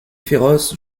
féroce